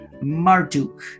marduk